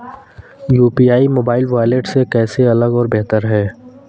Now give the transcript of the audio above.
UPI mobile wallet से कैसे अलग और बेहतर है?